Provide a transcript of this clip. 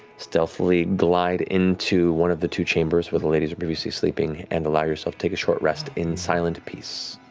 stealthily glide into one of the two chambers where the ladies are previously sleeping and allow yourself to take a short rest in silent peace.